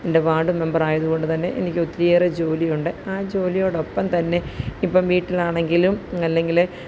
എൻ്റെ വാർഡ് മെമ്പറായതുകൊണ്ട് തന്നെ എനിക്ക് ഒത്തിരിയേറെ ജോലിയുണ്ട് ആ ജോലിയോടൊപ്പം തന്നെ ഇപ്പോള് വീട്ടിലാണെങ്കിലും അല്ലെങ്കില്